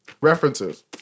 References